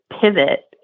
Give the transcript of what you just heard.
pivot